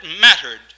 mattered